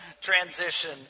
transition